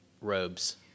robes